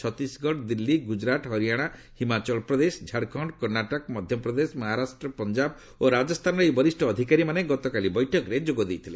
ଛତିଶଗଡ ଦିଲ୍ଲୀ ଗୁଜରାଟ ହରିୟାଣା ହିମାଚଳ ପ୍ରଦେଶ ଝାଡଖଣ୍ଡ କର୍ଣ୍ଣାଟକ ମଧ୍ୟପ୍ରଦେଶ ମହାରାଷ୍ଟ୍ରପଞ୍ଜାବ ଓ ରାଜସ୍ଥାନର ଏହି ବରିଷ୍ଣ ଅଧିକାରୀମାନେ ଗତକାଲି ବୈଠକରେ ଯୋଗଦେଇଥିଲେ